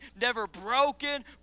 never-broken